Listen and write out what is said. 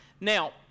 Now